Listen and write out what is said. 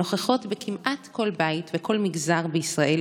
הנוכחות כמעט בכל בית ובכל מגזר בישראל